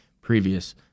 previous